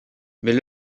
mais